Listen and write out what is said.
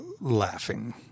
laughing